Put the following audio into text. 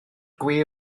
gwe